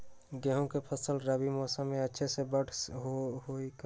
गेंहू के फ़सल रबी मौसम में अच्छे से बढ़ हई का?